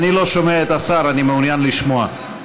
אני לא שומע את השר ואני מעוניין לשמוע.